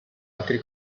altri